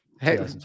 Hey